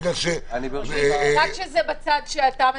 בגלל ש- -- רק כשזה בצד שאתה מדבר.